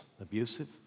abusive